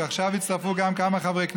ועכשיו הצטרפו גם כמה חברי כנסת,